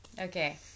okay